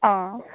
অঁ